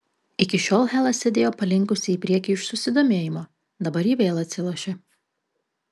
iki šiol hela sėdėjo palinkusi į priekį iš susidomėjimo dabar ji vėl atsilošė